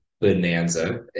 bonanza